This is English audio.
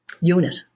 unit